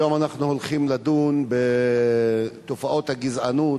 היום אנחנו הולכים לדון בתופעות הגזענות